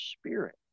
Spirit